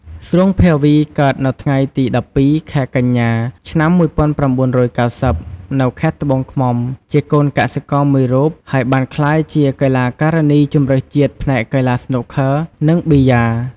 ស្រួង ភាវី កើតនៅថ្ងៃទី ១២ ខែកញ្ញា ឆ្នាំ ១៩៩០ នៅខេត្តត្បូងឃ្មុំ ជាកូនកសិករមួយរូប ហើយបានក្លាយជាកីឡាការិនីជម្រើសជាតិផ្នែកកីឡាស្នូកឃ័រនិងប៊ីយ៉ា។